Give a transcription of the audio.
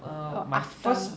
or after